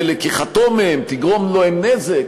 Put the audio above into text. ולקיחתו מהם תגרום להם נזק,